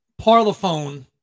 parlophone